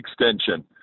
extension